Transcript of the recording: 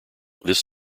this